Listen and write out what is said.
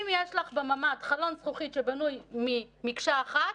אם יש לך בממ"ד חלון זכוכית שבנוי ממקשה אחת,